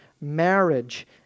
marriage